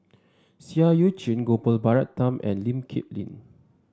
Seah Eu Chin Gopal Baratham and Lee Kip Lin